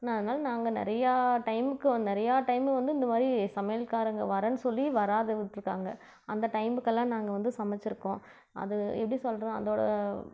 ந் அதனால நாங்கள் நிறையா டைமுக்கு நிறையா டைமு வந்து இந்த மாதிரி சமையல்காரங்க வரேன் சொல்லி வராது விட்ருக்காங்க அந்த டைமுக்கெல்லாம் நாங்கள் வந்து சமைச்சுருக்கோம் அது எப்படி சொல்கிறேன் அதோடு